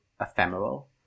ephemeral